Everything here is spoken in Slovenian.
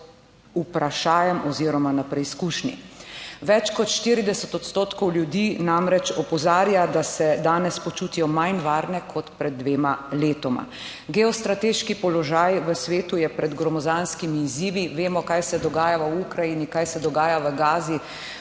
vprašajem oziroma na preizkušnji. Več kot 40 odstotkov ljudi namreč opozarja, da se danes počutijo manj varne kot pred dvema letoma. Geostrateški položaj v svetu je pred gromozanskimi izzivi. Vemo kaj se dogaja v Ukrajini, kaj se dogaja v Gazi.